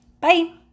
Bye